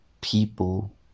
people